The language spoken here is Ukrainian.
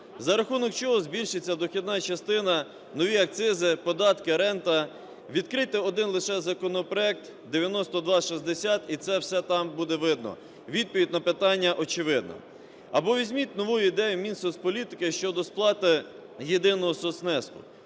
за рахунок чого збільшується дохідна частина, нові акцизи, податки, рента? Відкрийте один лише законопроект 9260 - і це все там буде видно, відповідь на питання очевидна. Або візьміть нову ідею Мінсоцполітики щодо сплати єдиного соцвнеску.